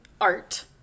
art